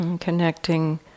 Connecting